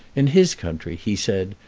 in his country, he said,